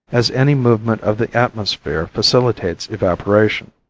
as any movement of the atmosphere facilitates evaporation.